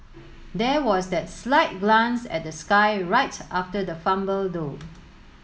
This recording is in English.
there was that slight glance at the sky right after the fumble though